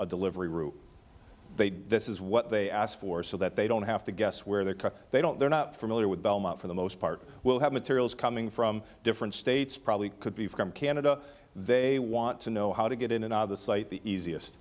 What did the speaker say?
a delivery route they do this is what they ask for so that they don't have to guess where they're cut they don't they're not familiar with belmont for the most part will have materials coming from different states probably could be from canada they want to know how to get in and out of the site the easiest